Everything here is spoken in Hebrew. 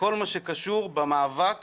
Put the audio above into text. בכל מה שקשור במאבק